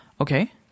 Okay